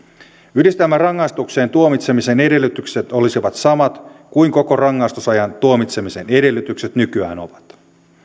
yhdistelmärangaistukseen tuomitsemisen edellytykset olisivat samat kuin koko rangaistusajan tuomitsemisen edellytykset nykyään ovat